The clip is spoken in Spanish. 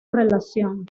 relación